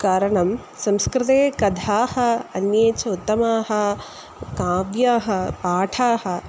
कारणं संस्कृते कथाः अन्ये च उत्तमानि काव्यानि पाठाः